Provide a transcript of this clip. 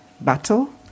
battle